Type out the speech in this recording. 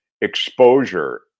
exposure